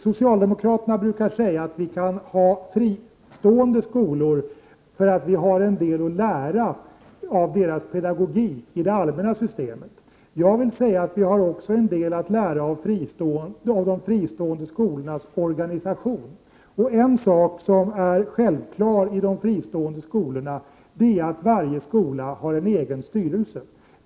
Socialdemokraterna brukar säga att vi kan ha fristående skolor, därför att vi i det allmänna systemet har en del att lära av deras pedagogik. Jag vill säga att vi också har en del att lära av de fristående skolornas organisation. En sak som är självklar i de fristående skolorna är att varje skola har en egen styrelse.